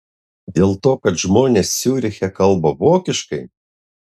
dėl to kad žmonės ciuriche kalba vokiškai